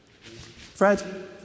Fred